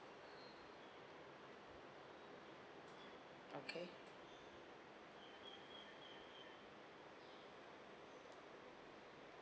okay